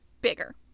bigger